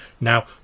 now